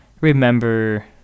remember